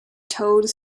towed